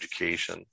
education